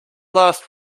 last